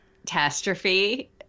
catastrophe